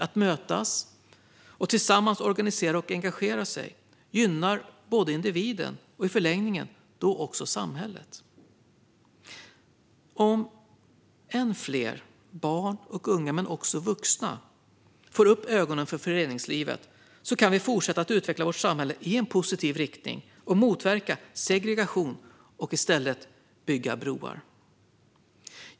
Att mötas och tillsammans organisera och engagera sig gynnar både individen och i förlängningen också samhället. Om än fler barn och unga, men också vuxna, får upp ögonen för föreningslivet kan vi fortsätta att utveckla vårt samhälle i en positiv riktning och motverka segregation för att i stället bygga broar.